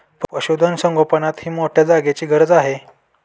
पशुधन संगोपनातही मोठ्या जागेची गरज आहे